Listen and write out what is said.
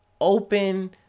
open